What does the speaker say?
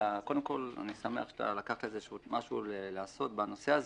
קודם כול, אני שמח שלקחת משהו לעשות בנושא הזה,